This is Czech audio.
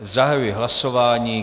Zahajuji hlasování.